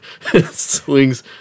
swings